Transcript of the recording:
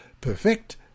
perfect